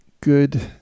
good